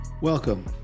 Welcome